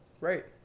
right